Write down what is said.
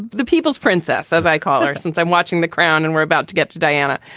the people's princess, as i call her, since i'm watching the crown and we're about to get to diana.